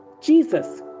Jesus